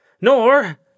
Nor—